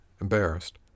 embarrassed